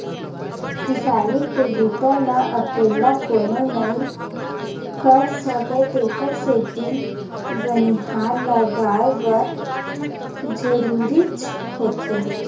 किसानी के बूता ल अकेल्ला कोनो नइ कर सकय तेखर सेती बनिहार लगये बर जरूरीच होथे